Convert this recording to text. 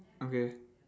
okay